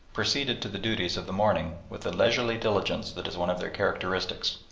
proceeded to the duties of the morning with the leisurely diligence that is one of their characteristics.